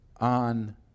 on